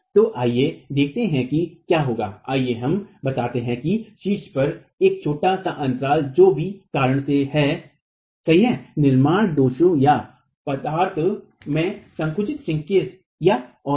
तो आइए देखें कि यहां क्या होगा आइए हम बताते हैं कि शीर्ष पर एक छोटा सा अंतराल जो भी कारण से है सही हैनिर्माण दोष या पदार्थ में संकुचन या और भी